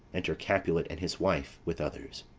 enter capulet and his wife with others.